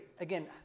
Again